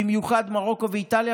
במיוחד מרוקו ואיטליה,